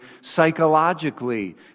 psychologically